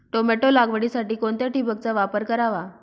Tomato लागवडीसाठी कोणत्या ठिबकचा वापर करावा?